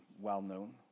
well-known